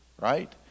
right